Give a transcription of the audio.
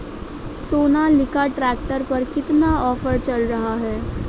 Sonalika tractor पर कितना offer चल रहा है?